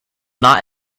not